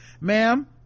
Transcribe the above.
ma'am